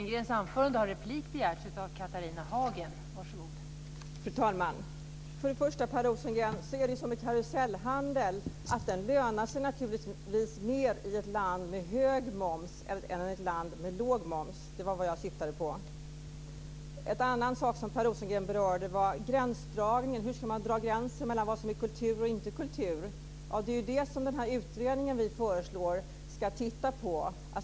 Fru talman! Först och främst är det så att karusellhandel naturligtvis lönar sig mer i ett land med hög moms än i ett land med låg moms. Det var vad jag syftade på. En annan sak som Per Rosengren berör är gränsdragningen, hur man ska dra gränsen mellan vad som är kultur och inte kultur. Ja, det är det som den utredning vi föreslår ska titta på.